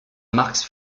max